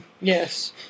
Yes